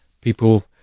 People